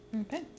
Okay